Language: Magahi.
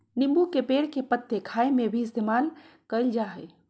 नींबू के पेड़ के पत्ते खाय में भी इस्तेमाल कईल जा हइ